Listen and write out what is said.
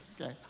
Okay